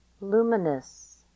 luminous